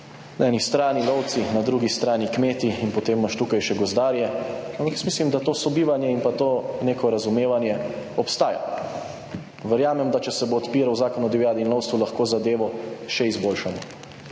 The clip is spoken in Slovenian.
na eni strani lovci, na drugi strani kmeti in potem imaš tukaj še gozdarje, ampak jaz mislim, da to sobivanje in pa to neko razumevanje obstaja. Verjamem, da če se bo odpiral Zakon o divjadi in lovstvu, lahko zadevo še izboljšamo.